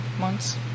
months